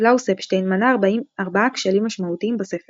קלאוס אפשטיין מנה ארבעה כשלים משמעותיים בספר